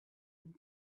and